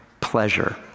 pleasure